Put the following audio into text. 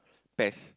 pest